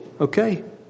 Okay